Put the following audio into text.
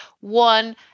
one